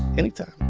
anytime